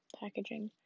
packaging